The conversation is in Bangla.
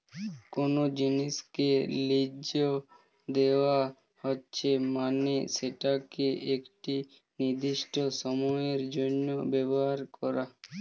কোনো জিনিসকে লীজ দেওয়া হচ্ছে মানে সেটাকে একটি নির্দিষ্ট সময়ের জন্য ব্যবহার করা